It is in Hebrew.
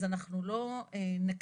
אז אנחנו לא נקדים,